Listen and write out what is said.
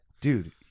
Dude